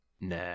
Nah